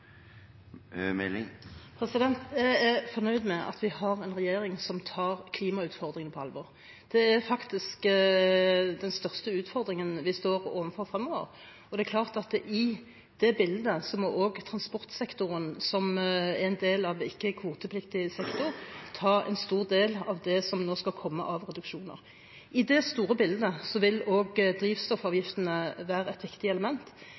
år? Jeg er fornøyd med at vi har en regjering som tar klimautfordringen på alvor. Det er faktisk den største utfordringen vi står overfor fremover, og det er klart at i det bildet må også transportsektoren som en del av ikke-kvotepliktig sektor ta en stor del av de reduksjonene som skal komme. I det store bildet vil også drivstoffavgiftene være et viktig element,